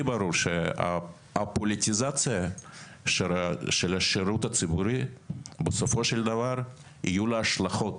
ברור שהפוליטיזציה של השירות הציבורי בסופו של דבר יהיו לה השלכות